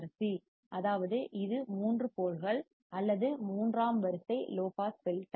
C அதாவது இது மூன்று போல்கள் அல்லது மூன்றாம் வரிசை லோ பாஸ் ஃபில்டர்